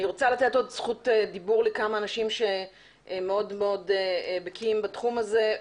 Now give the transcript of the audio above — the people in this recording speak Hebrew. אני רוצה לתת עוד זכות דיבור לכמה אנשים שמאוד מאוד בקיאים בתחום הזה.